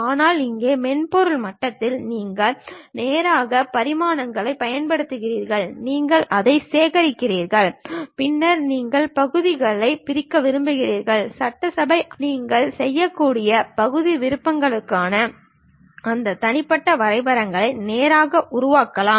ஆனால் இங்கே மென்பொருள் மட்டத்தில் நீங்கள் நேராகப் பரிமாணங்களைப் பயன்படுத்துகிறீர்கள் நீங்கள் அதைச் சேகரிக்கிறீர்கள் பின்னர் நீங்கள் பகுதிகளைப் பிரிக்க விரும்புகிறீர்கள் சட்டசபை அல்லது நீங்கள் செய்யக்கூடிய பகுதி வரைபடங்களுக்காக அந்த தனிப்பட்ட வரைபடங்களை நேராக உருவாக்கலாம்